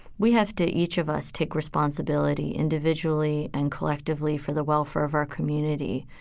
we have to, each of us, take responsibility individually and collectively for the welfare of our community.